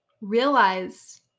realize